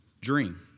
dream